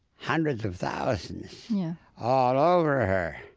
hundreds of thousands all over her.